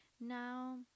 now